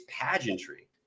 pageantry